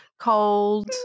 cold